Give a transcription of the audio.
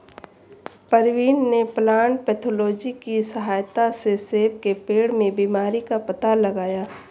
प्रवीण ने plant pathology की सहायता से सेब के पेड़ में बीमारी का पता लगाया